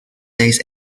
days